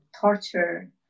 Torture